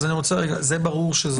זה ברור.